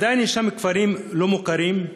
עדיין יש כפרים לא מוכרים,